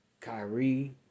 Kyrie